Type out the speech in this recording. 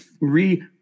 re